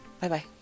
Bye-bye